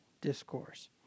discourse